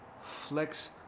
Flex